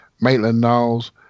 Maitland-Niles